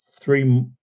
three